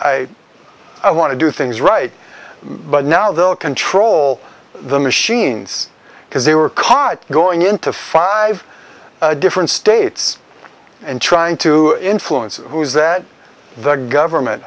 i i want to do things right but now they'll control the machines because they were caught going into five different states and trying to influence who's that the government